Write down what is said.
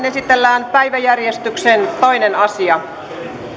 esitellään päiväjärjestyksen toinen asia